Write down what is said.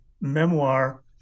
memoir